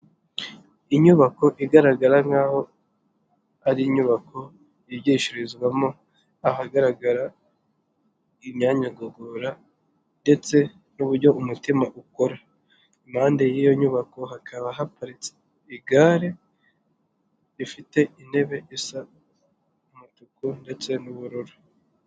Inyubako igaragara nk'aho ari inyubako yigishirizwamo ahagaragara imyanya gogora ndetse n'uburyo umutima ukora, impande y'iyo nyubako hakaba haparitse igare rifite intebe isa umutuku ndetse n'ubururu.